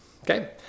Okay